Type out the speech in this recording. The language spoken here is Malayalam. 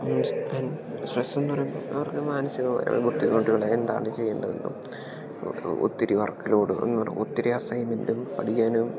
ഈ സ്ട്രെസ്സ് സ്ട്രെസ്സ് എന്ന് പറയുമ്പോൾ അവർക്ക് മാനസികമായ ബുദ്ധിമുട്ടുകളെന്താണ് ചെയ്യേണ്ടതെന്നും ഒത്തിരി വർക്ക് ലോഡും എന്ന് വേണ്ട ഒത്തിരി അസൈൻമെൻറ്റും പഠിക്കാനും